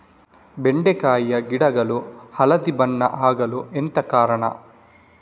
ಬೆಂಡೆಕಾಯಿ ಗಿಡ ಎಲೆಗಳು ಹಳದಿ ಬಣ್ಣದ ಆಗಲು ಎಂತ ಕಾರಣ?